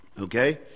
Okay